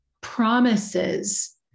promises